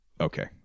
okay